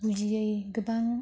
बुजियै गोबां